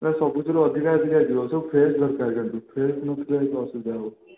ନାଇଁ ସବୁଥିରୁ ଅଧିକା ଅଧିକା ଯିବ ସବୁ ଫ୍ରେଶ୍ ଦରକାର କିନ୍ତୁ ଫ୍ରେଶ୍ ନଥିଲେ କିନ୍ତୁ ଭାରି ଅସୁବିଧା ହେବ